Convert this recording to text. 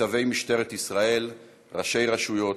ניצבי משטרת ישראל, ראשי רשויות,